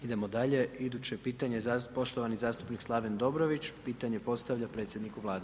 Idemo dalje, iduće pitanje, poštovani zastupnik Slaven Dobrović, pitanje postavlja predsjedniku Vlade.